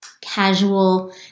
casual